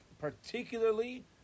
particularly